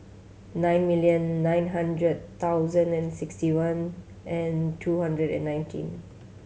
nine million nine hundred thousand and sixty one and two hundred and nineteen